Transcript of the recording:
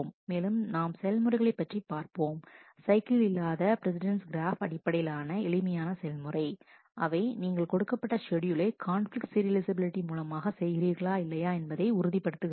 மேலும் நாம் செயல்முறைகளைப் பற்றி பார்ப்போம் சைக்கிள் இல்லாத பிரஸிடெண்ட்ஸ் கிராஃப் அடிப்படையிலான எளிமையான செயல்முறை அவை நீங்கள் கொடுக்கப்பட்ட ஷெட்யூலை கான்பிலிக்ட் சீரியலைஃசபிலிட்டி மூலமாக செய்கிறீர்களா இல்லையா என்பதை உறுதிப்படுத்துகிறது